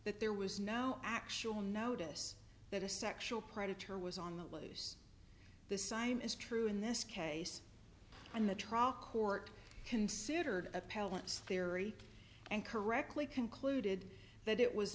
that there was no actual notice that a sexual predator was on the loose the sign is true in this case and the trial court considered appellants theory and correctly concluded that it was